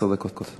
עשר דקות.